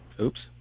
Oops